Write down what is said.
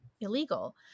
illegal